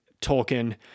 Tolkien